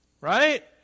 right